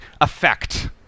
effect